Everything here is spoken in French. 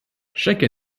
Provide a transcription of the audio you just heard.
chaque